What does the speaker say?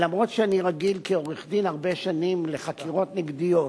למרות שאני רגיל כעורך-דין הרבה שנים לחקירות נגדיות,